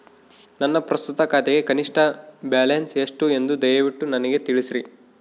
ನನ್ನ ಪ್ರಸ್ತುತ ಖಾತೆಗೆ ಕನಿಷ್ಠ ಬ್ಯಾಲೆನ್ಸ್ ಎಷ್ಟು ಎಂದು ದಯವಿಟ್ಟು ನನಗೆ ತಿಳಿಸ್ರಿ